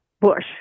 bush